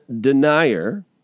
denier